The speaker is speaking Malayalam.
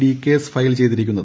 ഡി കേസ് ഫയൽ ചെയ്തിരിക്കുന്നത്